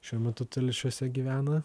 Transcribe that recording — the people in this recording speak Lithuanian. šiuo metu telšiuose gyvena